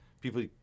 people